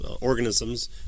organisms